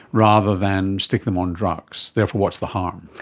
rather than stick them on drugs, therefore what's the harm?